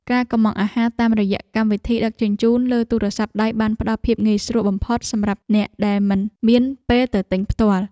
ការកម្ម៉ង់អាហារតាមរយៈកម្មវិធីដឹកជញ្ជូនលើទូរស័ព្ទដៃបានផ្ដល់ភាពងាយស្រួលបំផុតសម្រាប់អ្នកដែលមិនមានពេលទៅទិញផ្ទាល់។